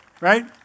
right